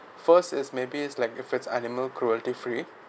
first is maybe it's like if it's animal cruelty free